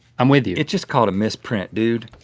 i'm with you. it's just called a misprint, dude.